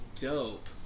dope